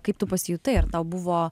kaip tu pasijutai ar tau buvo